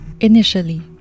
Initially